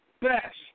best